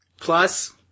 Plus